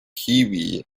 kiwi